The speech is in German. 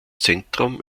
zentrum